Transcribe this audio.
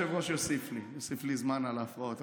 אדוני היושב-ראש יוסיף לי זמן על ההפרעות.